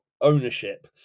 ownership